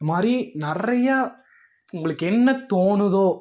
இது மாதிரி நிறையா உங்களுக்கு என்ன தோணுதோ